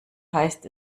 heißt